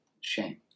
shame